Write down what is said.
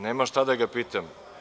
Nema potrebe da ga pitam.